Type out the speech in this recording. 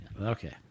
Okay